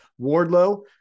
Wardlow